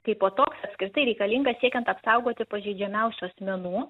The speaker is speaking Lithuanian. kaipo toks apskritai reikalingas siekiant apsaugoti pažeidžiamiausių asmenų